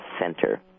center